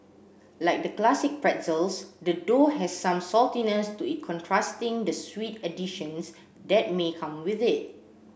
like the classic pretzels the dough has some saltiness to it contrasting the sweet additions that may come with it